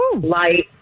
light